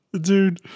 Dude